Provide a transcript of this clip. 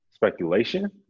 speculation